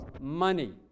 money